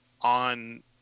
on